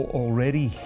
already